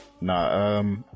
no